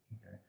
Okay